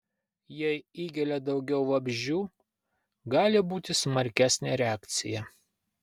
jei įgelia daugiau vabzdžių gali būti smarkesnė reakcija